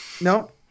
No